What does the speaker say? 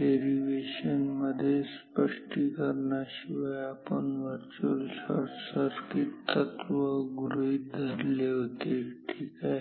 derivation मध्ये स्पष्टीकरणाशिवाय आपण व्हर्च्युअल शॉर्टसर्किट तत्व गृहीत धरले होते ठीक आहे